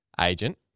agent